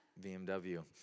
BMW